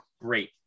great